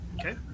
okay